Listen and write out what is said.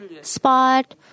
spot